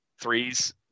threes